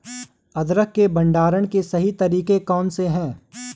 अदरक के भंडारण के सही तरीके कौन से हैं?